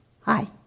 Hi